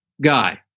guy